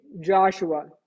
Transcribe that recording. Joshua